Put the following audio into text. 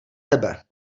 tebe